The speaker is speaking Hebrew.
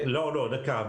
לא, דקה.